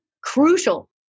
crucial